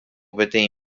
peteĩ